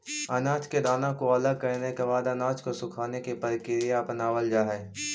अनाज के दाना को अलग करने के बाद अनाज को सुखाने की प्रक्रिया अपनावल जा हई